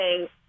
okay